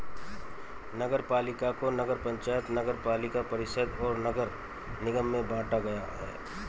नगरपालिका को नगर पंचायत, नगरपालिका परिषद और नगर निगम में बांटा गया है